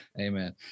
Amen